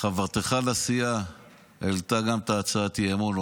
חברתך לסיעה העלתה גם את הצעת האי-אמון,